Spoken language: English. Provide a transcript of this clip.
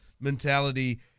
mentality